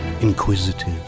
inquisitive